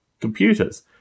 computers